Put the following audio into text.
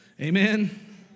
Amen